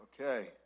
Okay